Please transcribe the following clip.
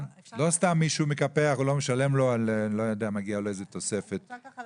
לא סתם מישהו מקפח או לא משלם לו איזה תוספת שמגיעה לו.